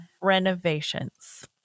renovations